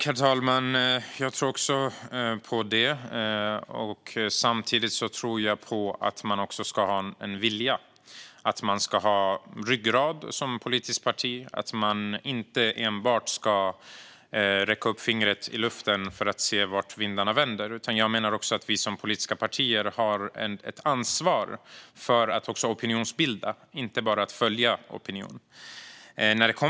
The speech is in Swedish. Herr talman! Jag tror också på det. Samtidigt tror jag att man ska ha en vilja och att man som politiskt parti ska ha ryggrad och inte enbart hålla upp fingret i luften för att se hur vindarna blåser. Politiska partier har ett ansvar för att också opinionsbilda och inte bara följa opinionen.